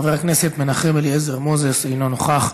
חבר הכנסת מנחם אליעזר מוזס, אינו נוכח,